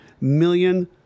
million